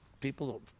people